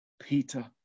Peter